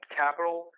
capital